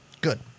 Good